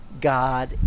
God